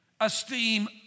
esteem